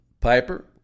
Piper